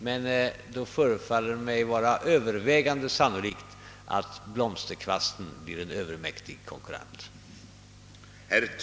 Det förefaller mig dock vara övervägande sannolikt att blomsterkvasten blir en övermäktig konkurrent.